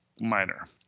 minor